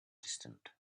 distant